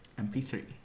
MP3